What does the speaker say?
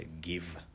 give